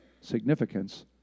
significance